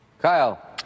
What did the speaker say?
Kyle